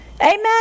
Amen